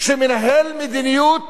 מנהל מדיניות